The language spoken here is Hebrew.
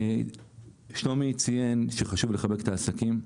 שלומי ציין שחשוב לחבק את העסקים,